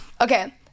Okay